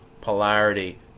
polarity